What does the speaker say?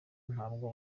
ntabwo